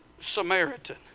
Samaritan